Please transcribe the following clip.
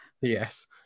Yes